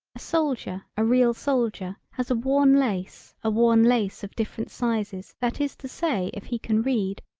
a soldier a real soldier has a worn lace a worn lace of different sizes that is to say if he can read,